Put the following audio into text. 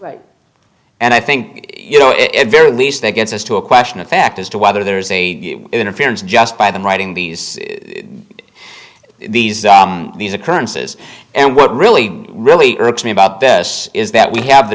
leave and i think you know it very least that gets us to a question of fact as to whether there's a interference just by the writing these these these occurrences and what really really irks me about this is that we have the